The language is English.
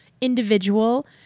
individual